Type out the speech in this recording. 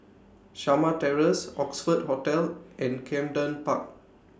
Shamah Terrace Oxford Hotel and Camden Park